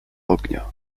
ognia